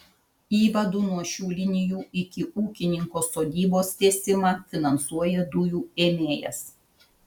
įvadų nuo šių linijų iki ūkininko sodybos tiesimą finansuoja dujų ėmėjas